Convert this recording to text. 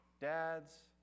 Dad's